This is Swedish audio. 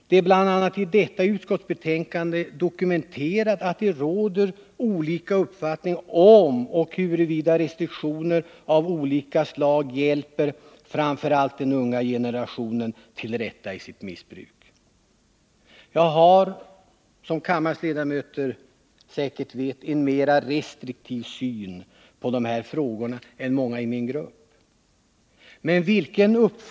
Det är bl.a. i detta betänkande dokumenterat att det råder olika uppfattningar om huruvida restriktioner av olika slag hjälper framför allt den unga generationen till rätta bort från missbruk. Jag har, som kammarens ledamöter säkert vet, en mera restriktiv syn på dessa frågor än många i min partigrupp.